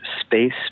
space